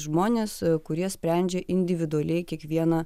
žmones kurie sprendžia individualiai kiekvieną